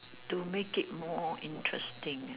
to make it more interesting